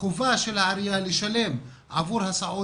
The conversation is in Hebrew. החובה של העירייה לשלם עבור הסעות,